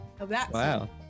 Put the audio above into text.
Wow